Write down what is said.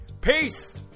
Peace